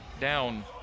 down